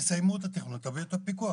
תסיימו את התכנון, תביאו את הפיקוח.